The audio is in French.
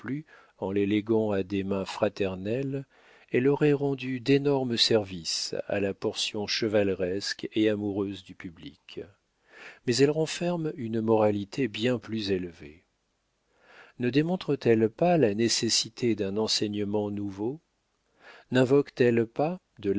en les léguant à des mains fraternelles elle aurait rendu d'énormes services à la portion chevaleresque et amoureuse du public mais elle renferme une moralité bien plus élevée ne démontre t elle pas la nécessité d'un enseignement nouveau ninvoque t elle pas de